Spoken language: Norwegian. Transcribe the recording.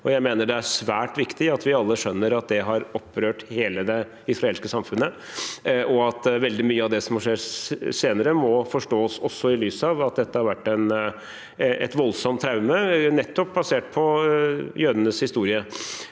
Jeg mener det er svært viktig at vi alle skjønner at det har opprørt hele det israelske samfunnet, og at veldig mye av det som har skjedd senere, må forstås også i lys av at dette har vært et voldsomt traume, nettopp basert på jødenes historie.